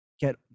get